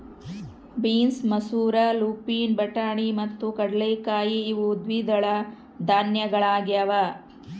beans ಮಸೂರ lupin ಬಟಾಣಿ ಮತ್ತು ಕಡಲೆಕಾಯಿ ಇವು ದ್ವಿದಳ ಧಾನ್ಯಗಳಾಗ್ಯವ